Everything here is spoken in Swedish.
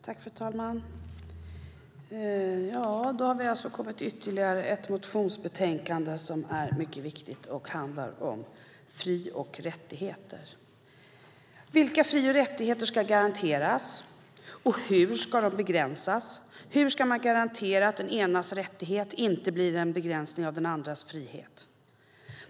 Fru talman! Då har vi alltså kommit till ytterligare ett motionsbetänkande som är mycket viktigt. Det handlar om fri och rättigheter. Vilka fri och rättigheter ska garanteras? Hur ska de begränsas? Hur ska man garantera att den enas rättighet inte blir en begränsning av den andras frihet?